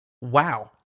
wow